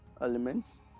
elements